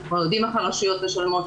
אנחנו כבר יודעים איך הרשויות משלמות,